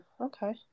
Okay